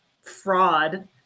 fraud